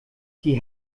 die